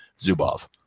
Zubov